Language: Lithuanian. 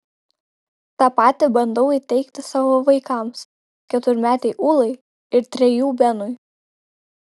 tą patį bandau įteigti savo vaikams keturmetei ūlai ir trejų benui